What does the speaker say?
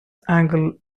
angle